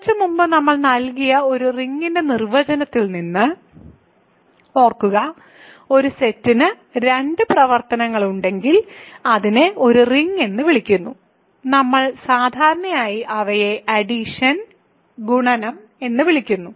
കുറച്ച് മുമ്പ് നമ്മൾ നൽകിയ ഒരു റിങ്ങിന്റെ നിർവചനത്തിൽ നിന്ന് ഓർക്കുക ഒരു സെറ്റിന് രണ്ട് പ്രവർത്തനങ്ങൾ ഉണ്ടെങ്കിൽ അതിനെ ഒരു റിങ് എന്ന് വിളിക്കുന്നു നമ്മൾ സാധാരണയായി അവയെ അഡിഷൻ ഗുണനം എന്ന് വിളിക്കുന്നു